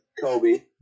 Kobe